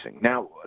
now